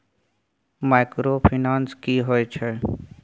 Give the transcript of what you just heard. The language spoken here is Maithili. माइक्रोफाइनेंस की होय छै?